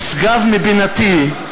נשגב מבינתי,